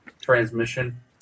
transmission